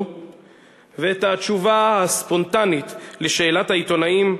ואת התשובה הספונטנית על שאלת העיתונאים: